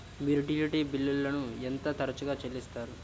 మీరు యుటిలిటీ బిల్లులను ఎంత తరచుగా చెల్లిస్తారు?